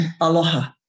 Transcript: aloha